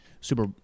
super